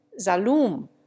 Zalum